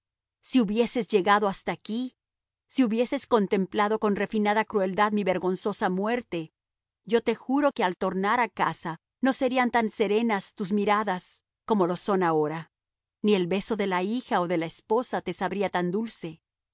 si hubieses llegado hasta aquí si hubieses contemplado con refinada crueldad mi vergonzosa muerte yo te juro que al tornar a casa no serían tan serenas tus miradas como lo son ahora ni el beso de la hija o de la esposa te sabría tan dulce